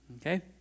Okay